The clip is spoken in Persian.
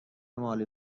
مالی